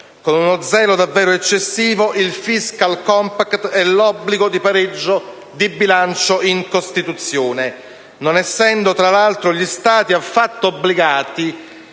con uno zelo davvero eccessivo, il *fiscal compact* e l'obbligo di pareggio di bilancio in Costituzione, non essendo tra l'altro gli Stati affatto obbligati,